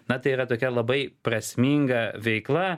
na tai yra tokia labai prasminga veikla